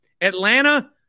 Atlanta